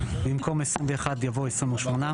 במקום '21' יבוא '28'.